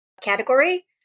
category